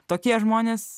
tokie žmonės